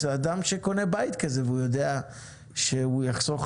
אז אדם שקונה בית כזה והוא יודע שהוא יחסוך